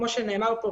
כמו שנאמר כאן,